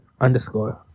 underscore